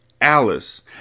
Alice